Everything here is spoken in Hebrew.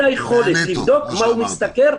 לבדוק כמה הוא משתכר,